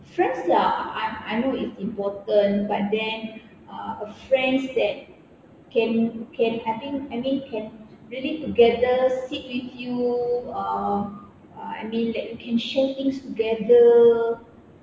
friends lah I I know it's important but then uh friends that can can I think I mean can really together sit with you uh uh I mean like you can share things together